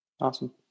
awesome